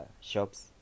shops